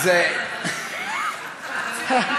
גדול אתה.